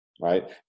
right